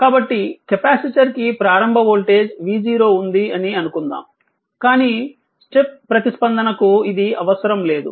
కాబట్టి కెపాసిటర్ కి ప్రారంభ వోల్టేజ్ v0 ఉంది అని అనుకుందాం కానీ స్టెప్ ప్రతిస్పందనకు ఇది అవసరం లేదు